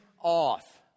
off